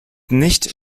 nicht